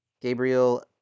Gabriel